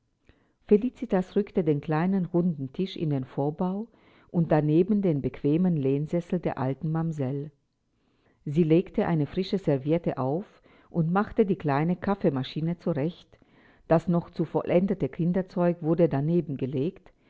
felicitas rückte den kleinen runden tisch in den vorbau und daneben den bequemen lehnsessel der alten mamsell sie legte eine frische serviette auf und machte die kleine kaffeemaschine zurecht das noch zu vollendende kinderzeug wurde daneben gelegt